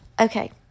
Okay